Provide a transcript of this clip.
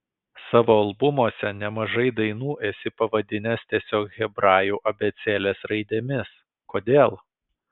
savo albumuose nemažai dainų esi pavadinęs tiesiog hebrajų abėcėlės raidėmis kodėl